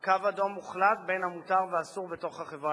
קו אדום מוחלט בין המותר והאסור בתוך החברה הישראלית.